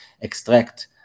extract